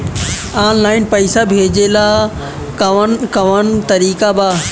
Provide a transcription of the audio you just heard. Online पइसा भेजेला कवन कवन तरीका बा?